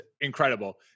incredible